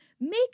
Make